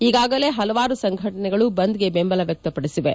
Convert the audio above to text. ಈಗಾಗಲೇ ಹಲವಾರು ಸಂಘಟನೆಗಳು ಬಂದ್ಗೆ ಬೆಂಬಲ ವ್ಯಕ್ಷಪಡಿಸಿವೆ